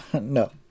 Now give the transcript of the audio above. No